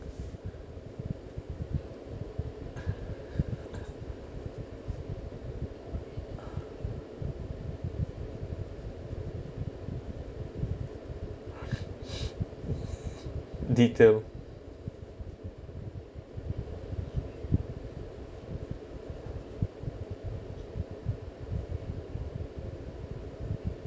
the term